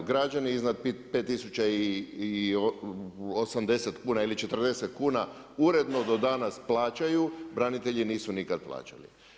Građani iznad 5080 ili 40 kuna uredno do danas plaćaju, branitelji nisu nikad plaćali.